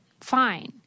fine